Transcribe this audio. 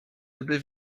gdy